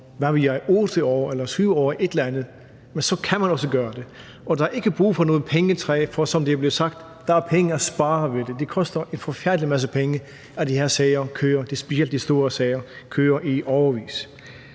hvad ved jeg, 8 år eller 7 år, et eller andet, kan man også gøre det, og der er ikke brug for noget pengetræ, for som det er blevet sagt, er der penge at spare ved det. Det koster en forfærdelig masse penge, at de her sager kører i årevis, og det er specielt de store sager. Så jeg synes,